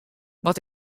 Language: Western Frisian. wat